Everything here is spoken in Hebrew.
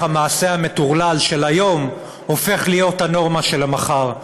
המעשה המטורלל של היום הופך להיות הנורמה של המחר.